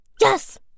Yes